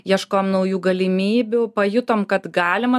ieškojom naujų galimybių pajutom kad galima